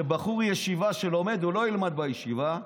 שבחור ישיבה שלומד הוא לא ילמד בישיבה,